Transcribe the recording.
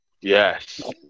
Yes